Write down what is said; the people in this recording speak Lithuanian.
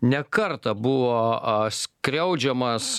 ne kartą buvo a skriaudžiamas